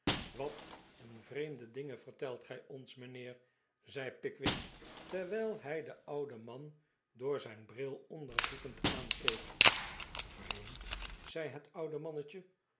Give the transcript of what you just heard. wat een vreemde dingen vertelt gij ons mijnheer zei pickwick terwijl hij den ouden man door zijn bril onderzoekend aankeek vreemd zei het oude mannetje